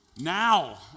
Now